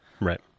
Right